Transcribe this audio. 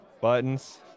Buttons